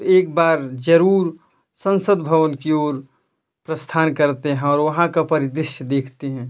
एक बार ज़रूर संसद भवन की ओर प्रस्थान करते हैं और वहाँ का परिदृश्य देखते हैं